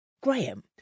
Graham